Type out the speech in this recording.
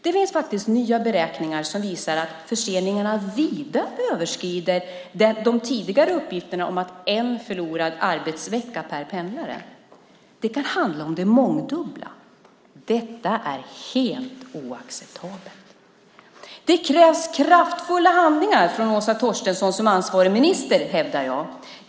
Det finns faktiskt nya beräkningar som visar att förseningarna vida överskrider de tidigare uppgifterna om en förlorad arbetsvecka per pendlare. Det kan handla om det mångdubbla. Detta är helt oacceptabelt! Det krävs kraftfulla handlingar från Åsa Torstensson som ansvarig minister, hävdar jag.